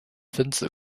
分子